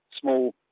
small